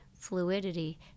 Fluidity